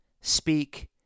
speak